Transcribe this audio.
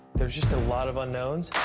there's just a lot of unknowns.